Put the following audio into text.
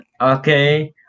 Okay